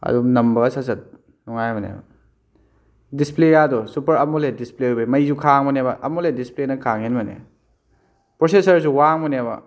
ꯑꯗꯨꯝ ꯅꯝꯕꯒ ꯁꯠ ꯁꯠ ꯅꯨꯡꯉꯥꯏꯕꯅꯦ ꯗꯤꯁꯄ꯭ꯂꯦꯒꯥꯗꯣ ꯁꯨꯄꯔ ꯑꯃꯣꯂꯦꯠ ꯗꯤꯁꯄ꯭ꯂꯦ ꯑꯣꯏꯕꯩ ꯃꯩꯁꯨ ꯈꯥꯡꯕꯅꯦꯕ ꯑꯃꯣꯂꯦꯠ ꯗꯤꯁꯄ꯭ꯂꯦꯅ ꯈꯥꯡꯕ ꯍꯦꯟꯕꯅꯦ ꯄ꯭ꯔꯣꯁꯦꯁꯔꯁꯨ ꯋꯥꯡꯕꯅꯦꯕ